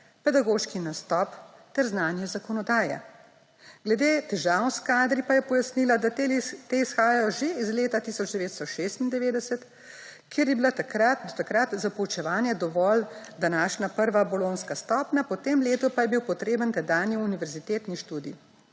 pedagoški nastop ter znanje zakonodaje. Glede težav s kadri pa je pojasnila, da te izhajajo že iz leta 1996, kjer je bila do takrat za poučevanje dovolj današnja prva bolonjska stopnja, po tem letu pa je bil potreben tedanji univerzitetni študij.